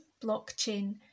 blockchain